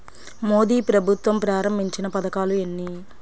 మోదీ ప్రభుత్వం ప్రారంభించిన పథకాలు ఎన్ని?